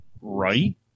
Right